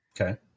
Okay